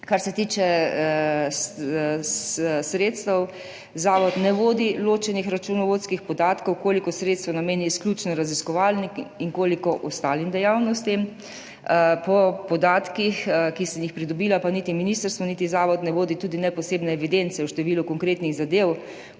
Kar se tiče sredstev, zavod ne vodi ločenih računovodskih podatkov, koliko sredstev nameni izključno raziskovalnim in koliko ostalim dejavnostim. Po podatkih, ki sem jih pridobila, pa niti ministrstvo niti zavod ne vodi tudi ne posebne evidence o številu konkretnih zadev,